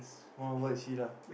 want what is she lah